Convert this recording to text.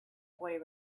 boy